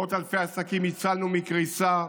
מאות אלפי עסקים הצלנו מקריסה.